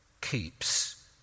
keeps